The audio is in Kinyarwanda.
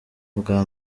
bwa